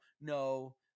no